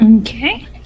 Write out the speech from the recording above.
Okay